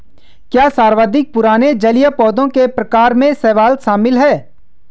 क्या सर्वाधिक पुराने जलीय पौधों के प्रकार में शैवाल शामिल है?